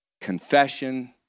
Confession